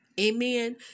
Amen